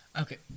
Okay